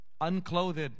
unclothed